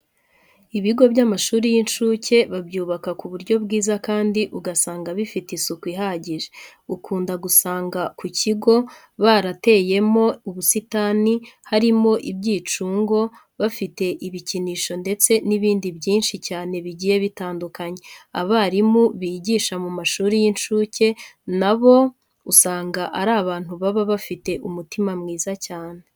Ibigo by'amashuri y'inshuke babyubaka ku buryo bwiza kandi ugasanga bifite isuku ihagije. Ukunda gusanga mu kigo barateyemo ubusitani, harimo ibyicungo, bafite ibikinisho ndetse n'ibindi byinshi cyane bigiye bitandukanye. Abarimu bigisha mu mashuri y'inshuke na bo usanga ari abantu baba bafite umutima mwiza cyane.